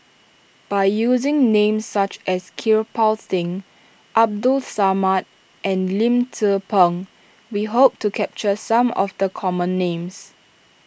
by using names such as Kirpal Singh Abdul Samad and Lim Tze Peng we hope to capture some of the common names